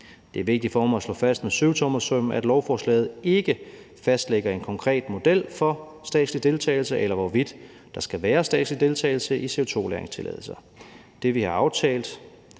Det er vigtigt for mig at slå fast med syvtommersøm, at lovforslaget ikke fastlægger en konkret model for statslig deltagelse, eller hvorvidt der skal være statslig deltagelse i CO2-lagringstilladelser. Det har vi aftalt